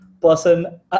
person